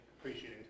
appreciating